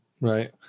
Right